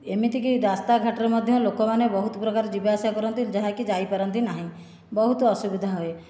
ଏମିତିକି ରାସ୍ତା ଘାଟରେ ମଧ୍ୟ ଲୋକମାନେ ବହୁତ ପ୍ରକାର ଯିବାଆସିବା କରନ୍ତି ଯାହାକି ଯାଇପାରନ୍ତି ନାହିଁ ବହୁତ ଅସୁବିଧା ହଏ